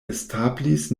establis